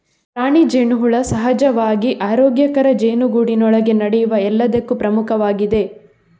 ರಾಣಿ ಜೇನುಹುಳ ಸಹಜವಾಗಿ ಆರೋಗ್ಯಕರ ಜೇನುಗೂಡಿನೊಳಗೆ ನಡೆಯುವ ಎಲ್ಲದಕ್ಕೂ ಪ್ರಮುಖವಾಗಿದೆ